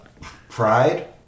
pride